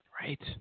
Right